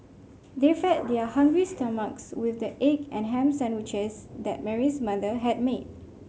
They fed their hungry stomachs with the egg and ham sandwiches that Mary's mother had made